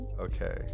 Okay